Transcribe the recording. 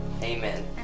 Amen